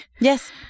Yes